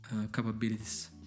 capabilities